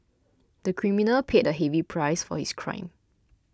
the criminal paid a heavy price for his crime